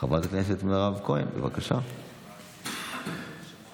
חברת הכנסת יפעת שאשא